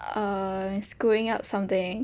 uh screwing up something